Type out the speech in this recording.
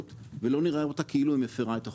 ולא נראה אותה כאילו היא מפרה את החוק.